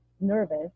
nervous